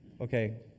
Okay